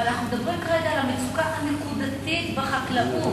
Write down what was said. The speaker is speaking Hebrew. אבל אנחנו מדברים כרגע על המצוקה הנקודתית בחקלאות.